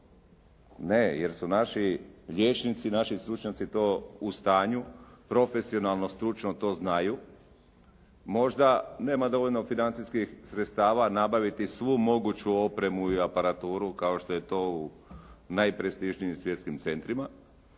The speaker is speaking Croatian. ne, jer su naši liječnici naši stručnjaci to u stanju profesionalno, stručno to znaju. Možda nema dovoljno financijskih sredstava nabaviti svu moguću opremu i aparaturu kao što je to u najprestižnijim svjetskim centrima,